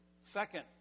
Second